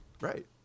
Right